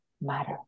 matter